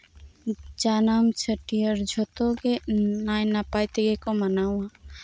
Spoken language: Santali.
ᱡᱟᱱᱟᱢ ᱪᱷᱟᱹᱴᱭᱟᱹᱨ ᱡᱚᱛᱚᱜᱮ ᱱᱟᱭ ᱱᱟᱯᱟᱭ ᱛᱮᱜᱮᱠᱩ ᱢᱟᱱᱟᱣᱟ